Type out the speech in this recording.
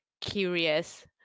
curious